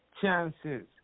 chances